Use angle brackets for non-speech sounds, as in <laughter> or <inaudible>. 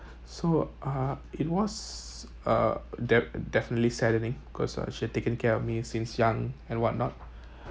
so uh it was uh de~ definitely saddening because uh she had taken care of me since young and whatnot <breath>